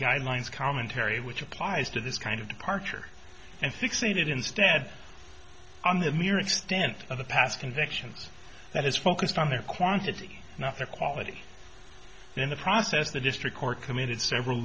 guidelines commentary which applies to this kind of departure and fixated instead on the mere extent of the past convictions that is focused on their quantity not their quality in the process the district court committed several